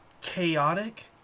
chaotic